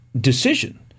decision